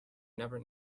never